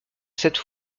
cette